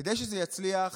כדי שזה יצליח